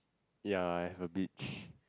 yeah I have a beach